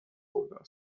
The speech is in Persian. خورده